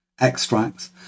extracts